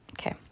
Okay